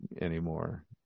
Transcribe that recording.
anymore